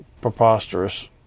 preposterous